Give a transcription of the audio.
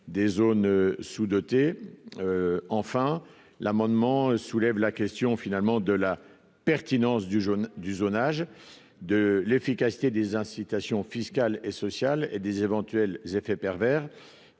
des zones sous-dotées, enfin l'amendement soulève la question finalement de la pertinence du jaune, du zonage de l'efficacité des incitations fiscales et sociales et des éventuels effets pervers